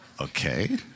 Okay